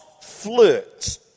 flirt